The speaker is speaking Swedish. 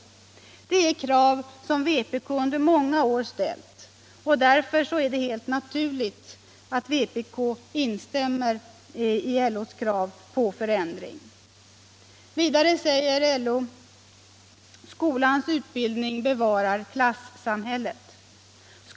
Det är krav som vpk ställt under 47 Nr 134 många år. Därför är det helt naturligt att vpk instämmer i LO:s krav Fredagen den på förändring. Vidare säger LO: ”Skolans utbildning bevarar klassam 21 maj 1976 hället.